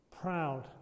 Proud